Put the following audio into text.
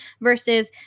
versus